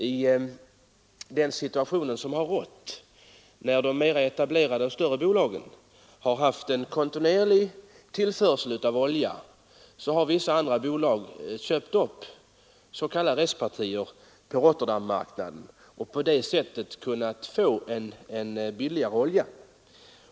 I den situation som rådde i vintras, när de mera etablerade och större bolagen hade en kontinuerlig tillförsel av olja köpte vissa andra bolag upp s.k. restpartier på Rotterdammarknaden och kunde på det sättet få en billigare olja.